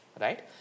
right